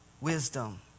wisdom